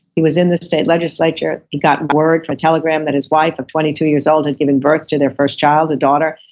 he was in the state legislature he got word from a telegram that his wife of twenty two years old had given birth to their first child, a daughter,